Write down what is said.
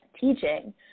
teaching